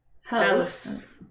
house